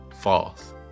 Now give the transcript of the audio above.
False